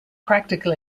practical